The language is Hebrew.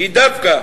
זה דווקא